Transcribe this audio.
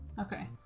Okay